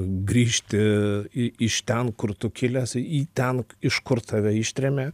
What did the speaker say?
grįžti i iš ten kur tu kilęs į ten iš kur tave ištrėmė